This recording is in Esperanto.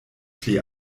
pli